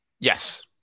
Yes